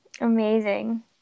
Amazing